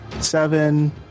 Seven